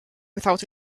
without